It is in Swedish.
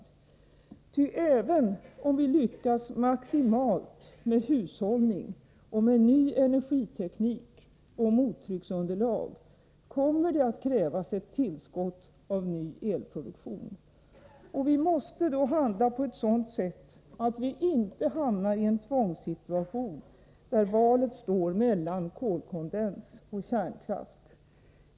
Ty även om vi lyckas maximalt med hushållning och ny energiteknik och mottrycksunderlag kommer det att krävas ett tillskott av ny elproduktion. Och vi måste handla på ett sådant sätt att vi inte hamnar i en tvångssituation, där valet står mellan kolkondens och kärnkraft.